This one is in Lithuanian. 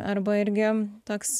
arba irgi toks